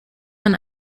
man